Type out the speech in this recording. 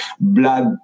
blood